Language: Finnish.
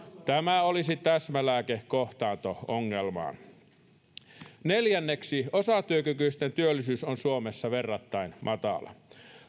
tämä olisi täsmälääke kohtaanto ongelmaan neljänneksi osatyökykyisten työllisyys on suomessa verrattain matala